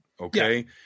Okay